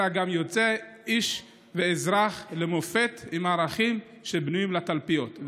אלא יוצא גם איש ואזרח למופת עם ערכים שבנויים לתלפיות.